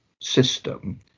system